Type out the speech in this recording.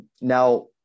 Now